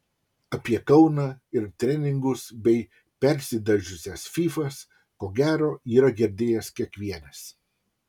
apie kauną ir treningus bei persidažiusias fyfas ko gero yra girdėjęs kiekvienas